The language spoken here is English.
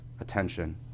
attention